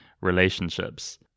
relationships